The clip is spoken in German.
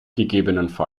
ggf